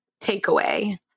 takeaway